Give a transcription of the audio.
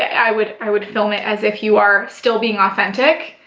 i would, i would film it as if you are, still being authentic.